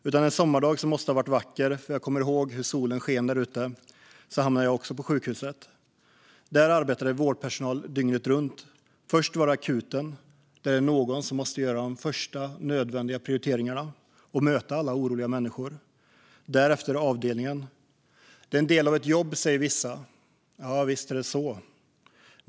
En sommardag som måste ha varit vacker, eftersom jag kommer ihåg hur solen sken där ute, hamnade jag också på sjukhuset. Där arbetade vårdpersonal dygnet runt. Först var det akuten, där det är någon som måste göra de första nödvändiga prioriteringarna och möta alla oroliga människor. Därefter var det avdelningen. Det är en del av ett jobb, säger vissa. Visst är det så.